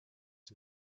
den